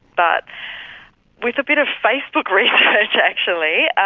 but with a bit of facebook research actually,